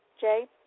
Jay